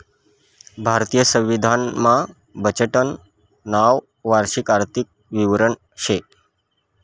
भारतीय संविधान मा बजेटनं नाव वार्षिक आर्थिक विवरण शे